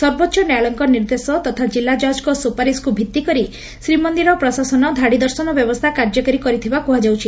ସର୍ବୋଚ ନ୍ୟାୟାଳୟଙ୍କ ନିର୍ଦ୍ଦେଶ ତଥା ଜିଲାଜଜ୍ଙ୍କ ସୁପାରିସକୁ ଭିଭିକରି ଶ୍ରୀମନ୍ଦିର ପ୍ରଶାସନ ଧାଡିଦର୍ଶନ ବ୍ୟବସ୍କା କାର୍ଯ୍ୟକାରୀ କରିଥିବା କୁହାଯାଉଛି